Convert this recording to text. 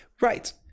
Right